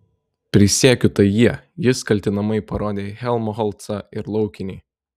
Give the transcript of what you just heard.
prisiekiu tai jie jis kaltinamai parodė į helmholcą ir laukinį